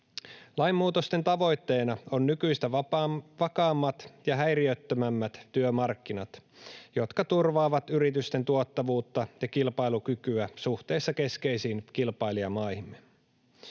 Lainmuutosten tavoitteena on nykyistä vakaammat ja häiriöttömämmät työmarkkinat, jotka turvaavat yritysten tuottavuutta ja kilpailukykyä suhteessa keskeisiin kilpailijamaihimme.